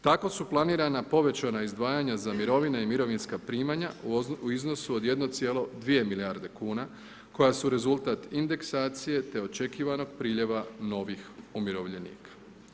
Tako su planirana povećanja izdvajanja za mirovine i mirovinska primanja u iznosu od 1,2 milijarde kuna koja su rezultat indeksacije te očekivanog priljeva novih umirovljenika.